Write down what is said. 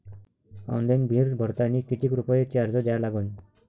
Online bill भरतानी कितीक रुपये चार्ज द्या लागन?